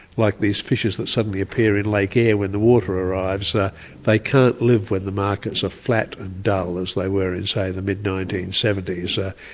like these fishes that suddenly appear in lake eyre when the water arrives ah they can't live when the markets are flat and dull, as they were in, say, the mid nineteen seventy so